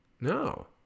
No